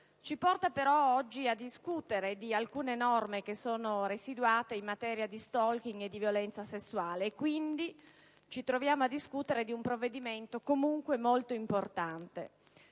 ci porta però a discutere oggi di alcune norme residuate in materia di *stalking* e di violenza sessuale. Quindi, ci troviamo a discutere di un provvedimento comunque molto importante.